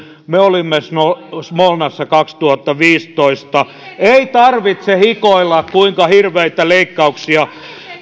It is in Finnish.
me olimme smolnassa kaksituhattaviisitoista ei tarvitse hikoilla kuinka hirveitä leikkauksia